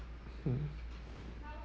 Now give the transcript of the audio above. mm